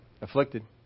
afflicted